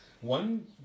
one